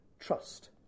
trust